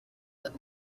but